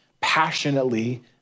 passionately